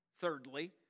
thirdly